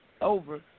over